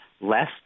less